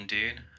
dude